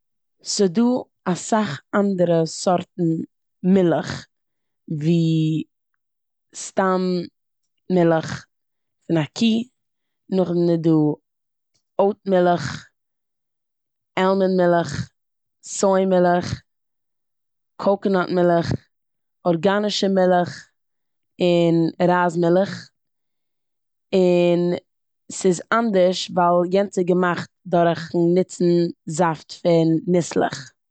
ס'דא אסאך אנדערע סארטן מילך ווי סטם מילך פון א קוה. נאכדעם איז דא אוט מילך, עלמאנד מילך, סוי מילך, קאקאנאט מילך, ארגאנישע מילך און רייז מילך, און ס'איז אנדערש ווייל יענס איז געמאכט דורכן נוצן זאפט פון ניסלעך.